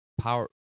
power